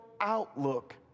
outlook